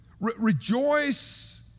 Rejoice